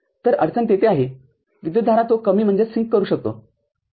तरअडचण तेथे आहेविद्युतधारा तो कमी करू शकतो ठीक आहे